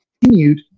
continued